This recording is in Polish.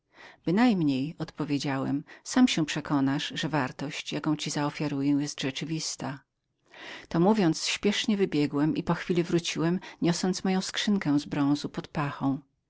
ostatnie bynajmniej odpowiedziałem sam się przekonasz czyli wartość jaką ci zaofiaruję jest rzeczywistą to mówiąc śpiesznie wybiegłem i po chwili wróciłem niosąc moją miedzianą skrzynkę pod pachą